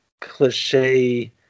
cliche